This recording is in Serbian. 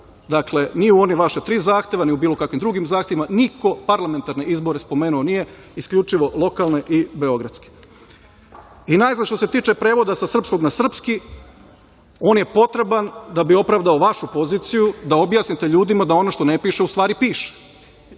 izbora, ni u ona vaša tri zahteva, ni u bilo kakvim drugim zahtevima, niko parlamentarne izbore spomenuo nije, isključivo lokalne i beogradske. Najzad, što se tiče prevoda sa srpskog na srpski, on je potreban da bi opravdao vašu poziciju da objasnite ljudima da ono što ne piše u stvari piše.